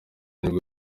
nibwo